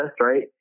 right